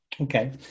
Okay